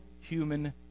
human